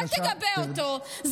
אל תגבה אותו.